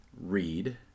read